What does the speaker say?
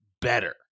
better